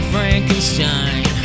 Frankenstein